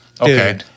Okay